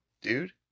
dude